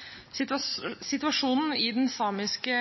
minutter. Situasjonen i den samiske